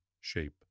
shape